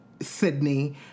Sydney